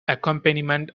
accompaniment